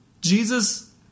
Jesus